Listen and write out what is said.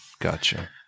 Gotcha